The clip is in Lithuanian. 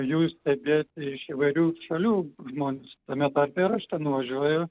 jų stebėti iš įvairių šalių žmonės tame tarpe ir aš ten nuvažiuoju